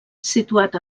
situat